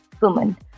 woman